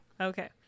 Okay